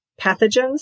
pathogens